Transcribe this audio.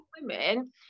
women